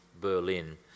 Berlin